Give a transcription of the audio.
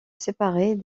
séparer